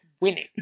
winning